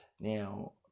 Now